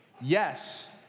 Yes